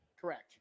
Correct